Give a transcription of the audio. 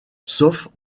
sauf